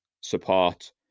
support